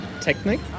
technique